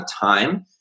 time